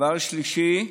דבר שלישי,